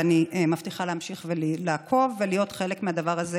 ואני מבטיחה להמשיך ולעקוב ולהיות חלק מהדבר הזה,